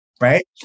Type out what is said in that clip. right